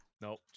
nope